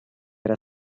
era